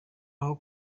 aho